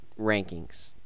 rankings